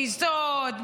טיסות,